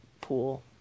pool